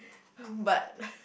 but